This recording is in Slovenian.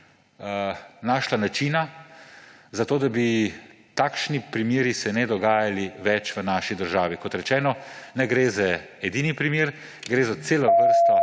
našla načina za to, da se takšni primeri ne bi več dogajali v naši državi? Kot rečeno, ne gre za edini primer, gre za celo vrsto